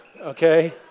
okay